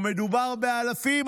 ומדובר באלפים,